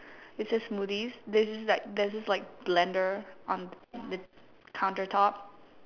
it says smoothies this is like there's this like blender on the counter top